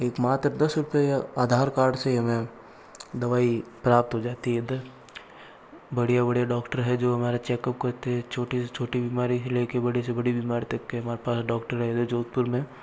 एक मात्र दस रुपये आधार कार्ड से ही हमें दवाई प्राप्त हो जाती है इधर बढ़िया बढ़िया डॉक्टर हैं जो हमारा चेकअप करते छोटी से छोटी बीमारी से लेकर बड़ी से बड़ी बीमारी तक के हमारे पास डॉक्टर है इधर जोधपुर में